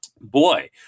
boy